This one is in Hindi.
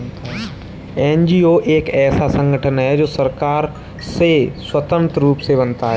एन.जी.ओ एक ऐसा संगठन है जो सरकार से स्वतंत्र रूप से बनता है